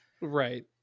Right